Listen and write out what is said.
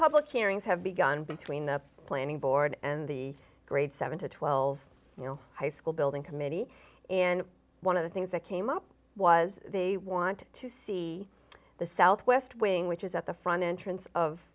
public hearings have begun between the planning board and the grade seven to twelve your high school building committee and one of the things that came up was they want to see the southwest wing which is at the front entrance of